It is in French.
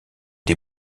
des